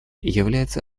является